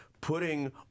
putting